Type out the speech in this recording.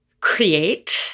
create